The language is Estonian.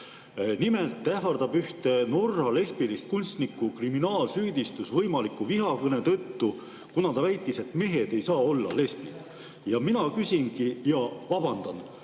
Nimelt ähvardab ühte Norra lesbist kunstnikku kriminaalsüüdistus võimaliku vihakõne tõttu, kuna ta väitis, et mehed ei saa olla lesbid. Mina küsingi seda – ja vabandan,